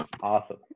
Awesome